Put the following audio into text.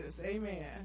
amen